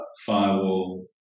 firewall